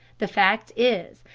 the fact is,